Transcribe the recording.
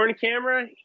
camera